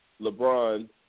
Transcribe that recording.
LeBron